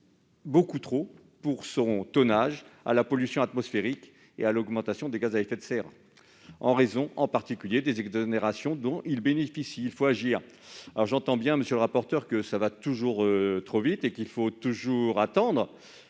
beaucoup, eu égard à son tonnage, à la pollution atmosphérique et à l'augmentation des gaz à effet de serre, en raison en particulier des exonérations dont il bénéficie. Il faut agir ! Alors, j'entends bien, monsieur le rapporteur général, que tout va toujours trop vite et qu'il faut toujours attendre,